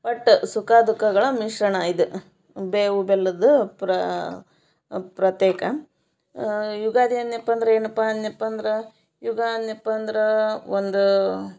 ಒಟ್ಟು ಸುಖ ದುಃಖಗಳ ಮಿಶ್ರಣ ಇದು ಬೇವು ಬೆಲ್ಲದ ಪ್ರತ್ಯೇಕ ಯುಗಾದಿ ಅಂದನಪ್ಪ ಅಂದ್ರೆ ಏನಪ್ಪ ಅಂದನಪ್ಪ ಅಂದ್ರೆ ಯುಗ ಅಂದನಪ್ಪ ಅಂದ್ರೆ ಒಂದು